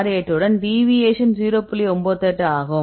98 ஆகும்